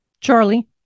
Charlie